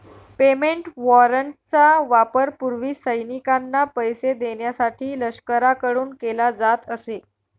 payment वॉरंटचा वापर पूर्वी सैनिकांना पैसे देण्यासाठी लष्कराकडून केला जात असे